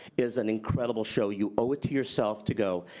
is an incredible show. you owe it to yourself to go.